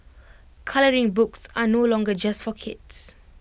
colouring books are no longer just for kids